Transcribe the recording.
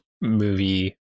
movie